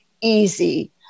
easy